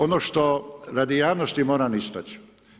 Ono što radi javnosti moram istaći.